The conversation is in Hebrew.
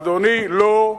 אדוני, לא,